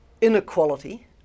inequality